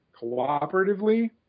cooperatively